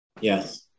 Yes